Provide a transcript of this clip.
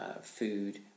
food